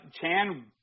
Chan